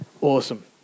Awesome